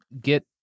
get